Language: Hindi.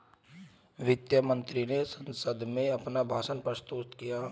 वित्त मंत्री ने संसद में अपना भाषण प्रस्तुत किया